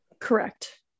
Correct